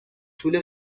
طول